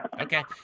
Okay